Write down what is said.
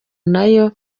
nayo